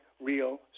real